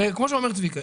הרי כפי שאומר צביקה,